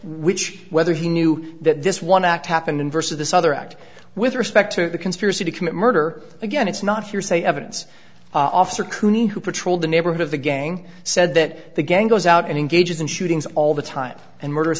which whether he knew that this one act happened in versus this other act with respect to the conspiracy to commit murder again it's not hearsay evidence officer cooney who patrolled the neighborhood the gang said that the gang goes out and engages in shootings all the time and murders